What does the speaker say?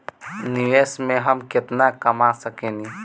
निवेश से हम केतना कमा सकेनी?